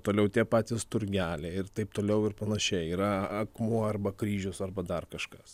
toliau tie patys turgeliai ir taip toliau ir panašiai yra akmuo arba kryžius arba dar kažkas